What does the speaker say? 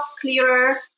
clearer